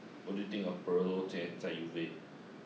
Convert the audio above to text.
what do you think of barolo 节在 UEFA